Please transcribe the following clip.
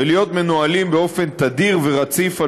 ולהיות מנוהלים באופן תדיר ורציף על